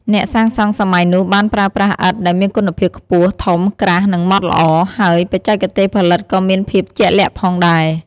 អ្នកសាងសង់សម័យនោះបានប្រើប្រាស់ឥដ្ឋដែលមានគុណភាពខ្ពស់ ធំ ក្រាស់ និងម៉ដ្ឋល្អ ហើយបច្ចេកទេសផលិតក៏មានភាពជាក់លាក់ផងដែរ។